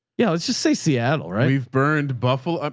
yeah. let's just say seattle. right? we've burned buffalo.